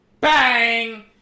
Bang